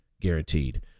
guaranteed